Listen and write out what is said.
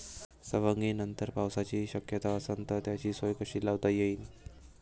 सवंगनीनंतर पावसाची शक्यता असन त त्याची सोय कशी लावा लागन?